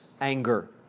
anger